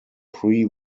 pre